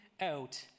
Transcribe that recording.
out